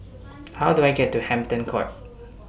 How Do I get to Hampton Court